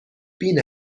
بین